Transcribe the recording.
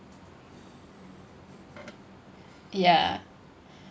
ya